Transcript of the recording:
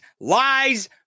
lies